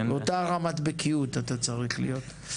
באותה רמת בקיאות אתה צריך להיות.